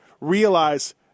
realize